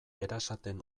erasaten